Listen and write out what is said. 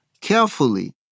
carefully